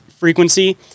frequency